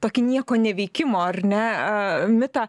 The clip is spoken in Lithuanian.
tokį nieko neveikimo ar ne mitą